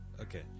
okay